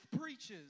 preaches